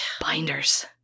Binders